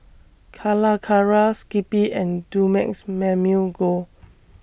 Calacara Skippy and Dumex Mamil Gold